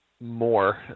more